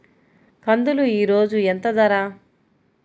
కందులు ఈరోజు ఎంత ధర?